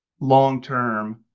long-term